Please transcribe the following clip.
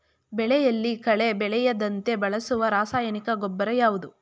ಬೆಳೆಯಲ್ಲಿ ಕಳೆ ಬೆಳೆಯದಂತೆ ಬಳಸುವ ರಾಸಾಯನಿಕ ಗೊಬ್ಬರ ಯಾವುದು?